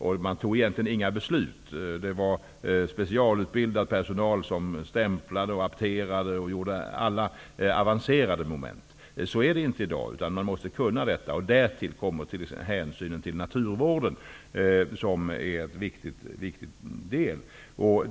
Man fattade egentligen inga beslut -- det var specialutbildad personal som stämplade, apterade och utförde alla avancerade moment. Så är det inte i dag, utan man måste kunna detta. Därtill kommer hänsynen till naturvården, som är viktig.